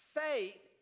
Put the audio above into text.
faith